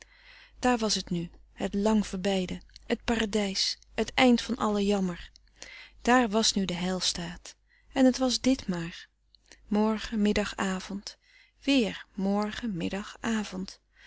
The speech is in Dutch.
daar was het nu het lang verbeide het paradijs het eind van allen jammer daar was nu de heil staat en het was dit maar morgen middag avond weer morgen middag avond